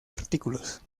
artículos